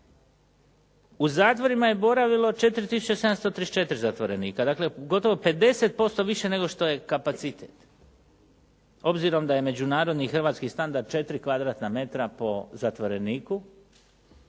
u zatvorima je boravilo 4734 zatvorenika, dakle gotovo 50% više nego što je kapacitet. Obzirom da je međunarodni hrvatski standard 4 m2 po zatvoreniku,